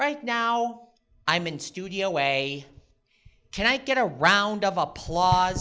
right now i'm in studio way can i get a round of applause